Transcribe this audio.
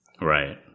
Right